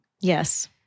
Yes